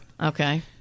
Okay